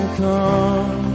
come